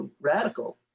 radical